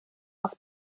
auf